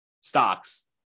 stocks